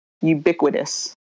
ubiquitous